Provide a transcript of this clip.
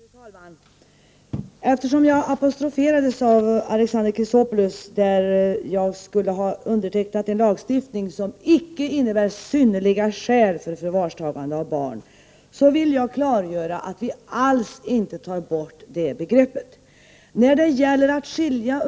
Fru talman! Eftersom jag apostroferades av Alexander Chrisopoulos och han sade att jag skulle ha undertecknat en lagstiftning som icke innebär att det krävs synnerliga skäl för förvarstagande av barn vill jag klargöra att vi alls inte tar bort det begreppet. När det gäller att skilja